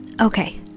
Okay